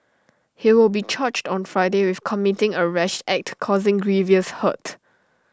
he will be charged on Friday with committing A rash act causing grievous hurt